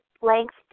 length